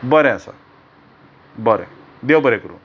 बरें आसा बरें देव बरें करूं